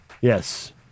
Yes